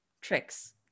tricks